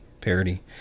Parody